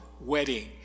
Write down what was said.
wedding